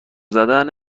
زدن